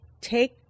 take